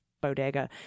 bodega